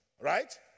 right